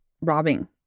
robbing